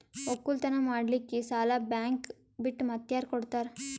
ಒಕ್ಕಲತನ ಮಾಡಲಿಕ್ಕಿ ಸಾಲಾ ಬ್ಯಾಂಕ ಬಿಟ್ಟ ಮಾತ್ಯಾರ ಕೊಡತಾರ?